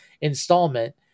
installment